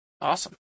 Awesome